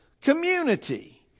community